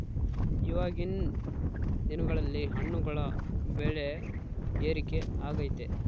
ಇವಾಗಿನ್ ದಿನಗಳಲ್ಲಿ ಹಣ್ಣುಗಳ ಬೆಳೆ ಏರಿಕೆ ಆಗೈತೆ